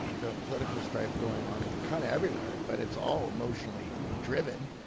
the political strife going on kind of everywhere, but it's all emotionally driven.